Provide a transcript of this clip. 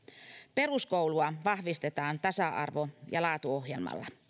peruskoulua vahvistetaan tasa arvo ja laatuohjelmalla